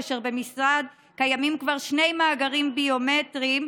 כאשר במשרד כבר קיימים שני מאגרים ביומטריים,